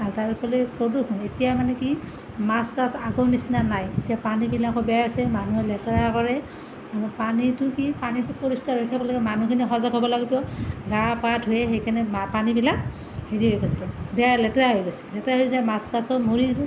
আৰু তাৰ উপৰি প্ৰদূষণ এতিয়া মানে কি মাছ তাছ আগৰ নিচিনা নাই এতিয়া পানীবিলাকো বেয়া হৈছে মানুহে লেতেৰা কৰে পানীটো কি পানীটো পৰিষ্কাৰ হৈ থাকিব লাগে মানুহখিনি সজাগ হ'ব লাগিব গা পা ধুৱে সেইকাৰণে পানীবিলাক হেৰি হৈ গৈছে বেয়া লেতেৰা হৈ গৈছে লেতেৰা হৈ যাই মাছ তাছো মৰিব